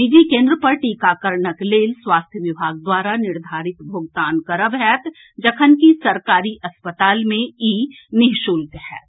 निजी केन्द्र पर टीकारणक लेल स्वास्थ्य विभाग द्वारा निर्धारित भोगतान करब होएत जखनकि सरकारी अस्पताल मे ई निःशुल्क होएत